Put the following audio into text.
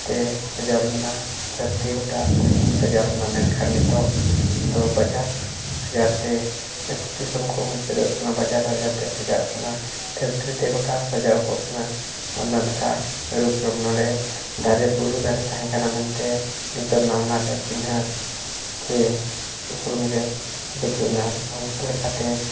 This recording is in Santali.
ᱛᱮ ᱥᱟᱡᱟᱣ ᱞᱮᱱᱟ ᱫᱷᱟᱹᱨᱛᱤ ᱜᱳᱴᱟ ᱥᱟᱡᱟᱣ ᱞᱮᱱᱟ ᱢᱮᱱᱠᱷᱟᱱ ᱱᱤᱛᱚᱜ ᱫᱚ ᱵᱟᱡᱟᱨ ᱥᱟᱦᱟᱨᱛᱮ ᱟᱹᱛᱩ ᱫᱤᱥᱚᱢ ᱠᱚ ᱢᱩᱪᱟᱹᱫᱚᱜ ᱠᱟᱱᱟ ᱵᱟᱡᱟᱨ ᱥᱟᱦᱟᱨᱛᱮ ᱥᱟᱡᱟᱜ ᱠᱟᱱᱟ ᱯᱷᱮᱠᱴᱨᱤ ᱛᱮ ᱜᱳᱴᱟ ᱥᱟᱡᱟᱣ ᱠᱚᱜ ᱠᱟᱱᱟ ᱚᱱᱟ ᱞᱮᱠᱟ ᱨᱩᱯ ᱨᱚᱝ ᱱᱚᱸᱰᱮ ᱫᱟᱨᱮ ᱵᱩᱨᱩ ᱫᱟᱨᱮ ᱛᱟᱦᱮᱸ ᱠᱟᱱᱟ ᱢᱮᱱᱛᱮ ᱱᱤᱛᱳᱜ ᱚᱱᱟ ᱨᱮᱭᱟᱜ ᱪᱤᱱᱦᱟᱹ ᱪᱮ ᱩᱯᱨᱩᱢᱜᱮ ᱵᱟᱹᱪᱩᱜ ᱟᱱᱟ ᱚᱱᱠᱟ ᱞᱮᱠᱟᱛᱮ